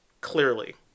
Clearly